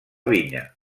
vinya